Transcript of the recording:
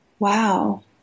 Wow